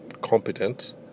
competent